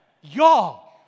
y'all